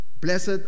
blessed